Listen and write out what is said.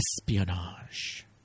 Espionage